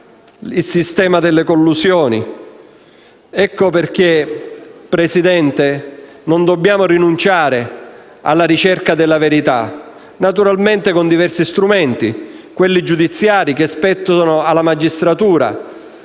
il sistema delle collusioni. Ecco perché, signor Presidente, non dobbiamo rinunciare alla ricerca della verità, naturalmente con diversi strumenti: quelli giudiziari, che spettano alla magistratura,